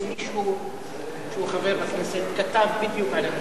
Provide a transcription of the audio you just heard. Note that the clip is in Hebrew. מישהו שהוא חבר בכנסת כתב בדיוק על הנושא.